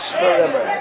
forever